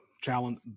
challenge